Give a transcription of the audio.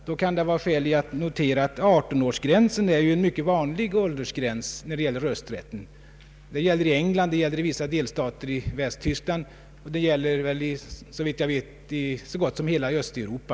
Då kan det vara skäl att notera att 18-årsgränsen är en mycket vanlig åldersgräns när det gäller rösträtten. Det gäller England, vissa delstater i Västtyskland och, såvitt jag vet, hela Östeuropa.